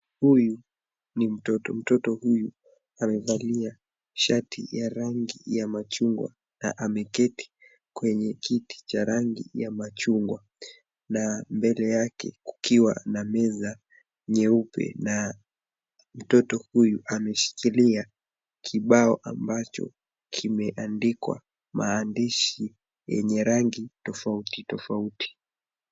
Huyu ni mtoto, mtoto huyu amevalia shati ya rangi ya machungwa na ameketi kwenye kiti cha rangi ya machungwa na mbele yake kukiwa na meza nyeupe, na mtoto huyu ameshikilia kibao ambacho kimeandikwa maandishi yenye rangi tofauti tofauti.